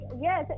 Yes